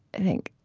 i think